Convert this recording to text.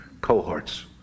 cohorts